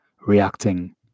reacting